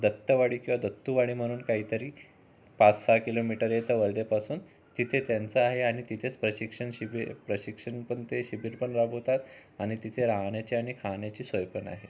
दत्तवाडी किंवा दत्तूवाडी म्हणून काहीतरी पाच सहा किलोमीटर इथं वर्धेपासून तिथं त्यांचं आहे आणि तिथेच प्रशिक्षण शिबिर प्रशिक्षण पण ते शिबिर पण राबवतात आणि तिथे राहण्याची आणि खाण्याची सोय पण आहे